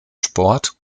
sport